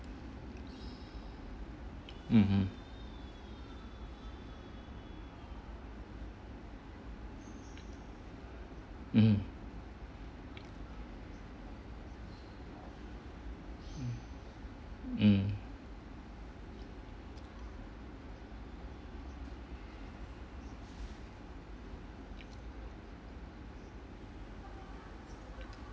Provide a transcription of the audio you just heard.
mmhmm mm mm